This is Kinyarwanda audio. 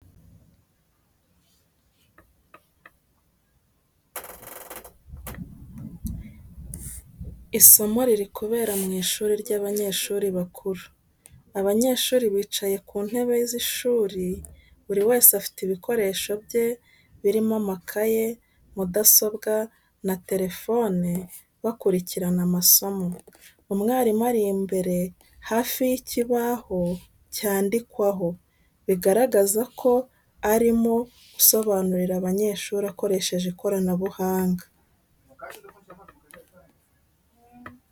Isomo riri kubera mu ishuri ry’abanyeshuri bakuru. Abanyeshuri bicaye ku meza y’ishuri, buri wese afite ibikoresho bye birimo amakaye, mudasobwa na telefone, bakurikirana amasomo. Umwarimu ari imbere hafi y'ikirahure cyandikaho, bigaragaza ko arimo gusobanurira abanyeshuri akoresheje ikoranabuhanga.